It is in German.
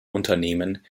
unternehmen